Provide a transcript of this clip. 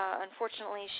unfortunately